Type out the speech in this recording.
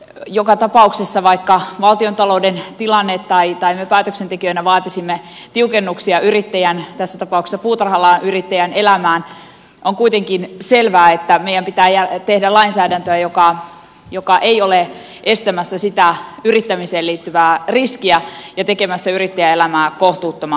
joka tapauksessa vaikka valtiontalouden tilanne tai me päätöksentekijöinä vaatisimme tiukennuksia yrittäjän tässä tapauksessa puutarha alan yrittäjän elämään on kuitenkin selvää että meidän pitää tehdä lainsäädäntöä joka ei ole estämässä sitä yrittämiseen liittyvää riskiä ja tekemässä yrittäjän elämää kohtuuttoman hankalaksi